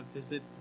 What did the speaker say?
visit